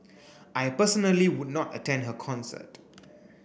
I personally would not attend her concert